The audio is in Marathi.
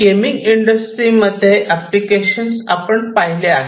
गेमिंग इंडस्ट्रीमध्ये एप्लीकेशन्स आपण पाहिले आहे